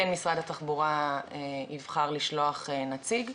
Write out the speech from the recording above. כן משרד התחבורה יבחר לשלוח נציג.